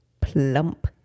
plump